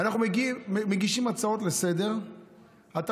אנחנו מגישים הצעות לסדר-היום,